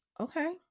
okay